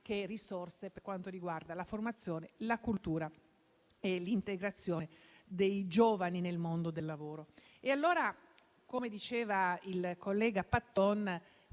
che di risorse per quanto riguarda la formazione, la cultura e l'integrazione dei giovani nel mondo del lavoro. Allora, come diceva il collega Patton,